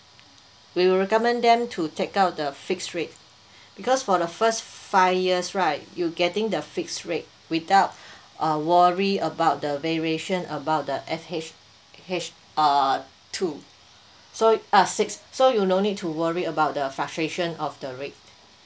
we'll recommend them to take out the fixed rate because for the first five years right you getting the fixed rate without uh worry about the variation about the F H H uh two so uh six so you no need to worry about the fluctuation of the rate